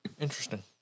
Interesting